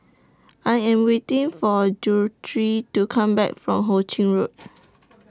I Am waiting For Guthrie to Come Back from Ho Ching Road